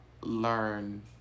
learn